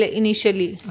initially